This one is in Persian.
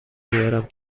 بیارم